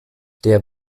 der